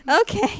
Okay